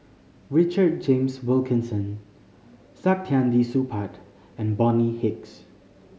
Richard James Wilkinson Saktiandi Supaat and Bonny Hicks